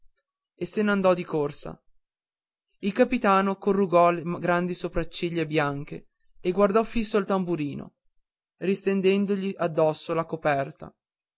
e se n'andò di corsa il capitano corrugò le grandi sopracciglia bianche e guardò fisso il tamburino ristendendogli addosso la coperta